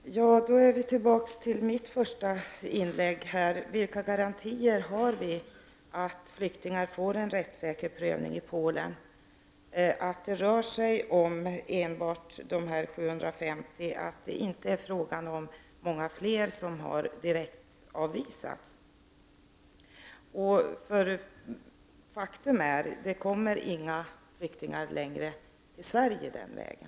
Herr talman! Då är vi tillbaka vid vad jag sade i mitt första inlägg: Vilka garantier har vi för att flyktingar får en rättssäker prövning i Polen, att det rör sig enbart om 750, att det inte är fråga om många fler som direktavvisas? Faktum är att det inte kommer fler flyktingar till Sverige den vägen.